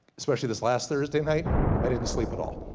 especially this last thursday night i didn't sleep at all.